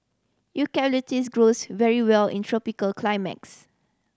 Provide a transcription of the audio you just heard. eucalyptus grows very well in tropical climax